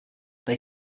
they